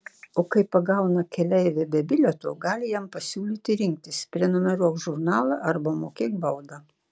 o kai pagauna keleivį be bilieto gali jam pasiūlyti rinktis prenumeruok žurnalą arba mokėk baudą